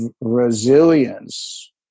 resilience